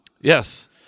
Yes